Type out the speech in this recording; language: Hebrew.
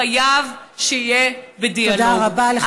חייב שיהיה בדיאלוג.